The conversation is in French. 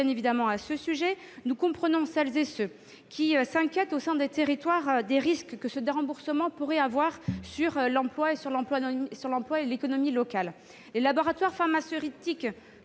évidemment à ce sujet. Nous comprenons celles et ceux qui s'inquiètent, au sein des territoires, des risques que ce déremboursement pourrait avoir sur l'emploi et sur l'économie locale. Les laboratoires pharmaceutiques